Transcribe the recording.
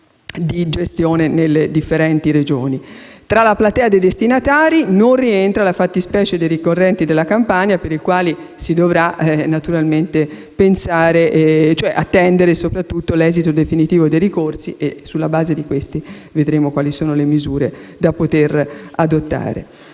di gestione nelle differenti Regioni. Tra la platea dei destinatari non rientra la fattispecie dei ricorrenti della Campania, per i quali si dovrà naturalmente attendere l'esito definitivo dei ricorsi, sulla base del quale vedremo poi quali misure adottare.